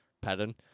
pattern